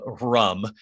rum